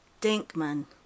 Dinkman